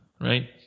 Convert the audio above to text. right